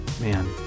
man